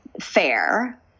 fair